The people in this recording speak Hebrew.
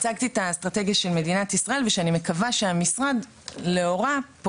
הצגתי את האסטרטגיה של מדינת ישראל ושאני מקווה שהמשרד פועל לאורה.